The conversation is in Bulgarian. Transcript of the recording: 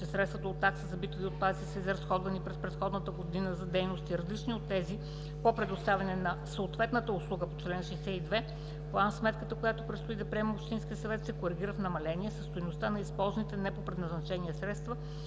че средства от такса за битови отпадъци са изразходвани през предходна година за дейности, различни от тези по предоставяне на съответната услуга по чл. 62, план-сметката, която предстои да приеме общинският съвет, се коригира в намаление със стойността на използваните не по предназначение средства